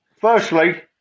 firstly